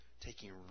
taking